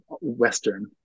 Western